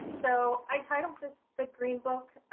so i titled this the green book,